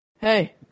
hey